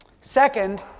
Second